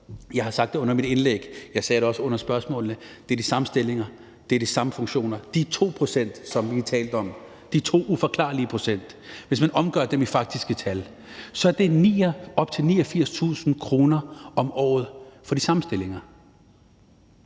Jeg har sagt det under mit indlæg, jeg sagde det også under spørgsmålene: Det er de samme stillinger, det er de samme funktioner. Tager man de 2 pct., som der er tale om, de 2 uforklarlige procent, og omgør dem i faktiske tal, er det op til 89.000 kr. om året for de samme stillinger.